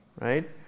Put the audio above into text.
right